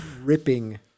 ripping